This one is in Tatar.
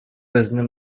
безне